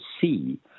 see